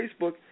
Facebook